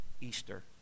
Easter